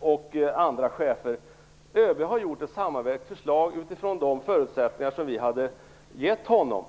och andra chefer. Jag vill påstå att ÖB har gjort ett sammanvägt förslag utifrån de förutsättningar som vi hade gett honom.